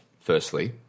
Firstly